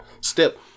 step